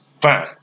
Fine